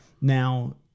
now